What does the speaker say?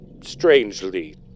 strangely